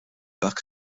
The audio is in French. parc